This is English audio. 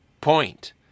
point